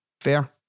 Fair